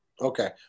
Okay